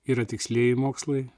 yra tikslieji mokslai